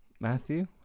Matthew